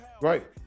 Right